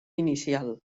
inicial